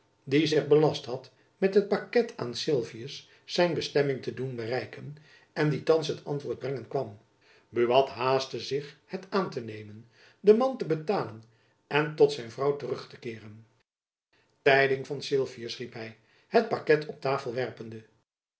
die zich belast had met het paket aan sylvius zijn bestemming te doen bereiken en die thands het antwoord brengen kwam buat haastte zich het aan te nemen den man te betalen en tot zijn vrouw terug te keeren tijding van sylvius riep hy het paket op tafel werpende